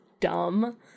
dumb